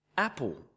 Apple